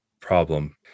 problem